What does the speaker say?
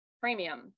premium